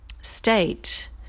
state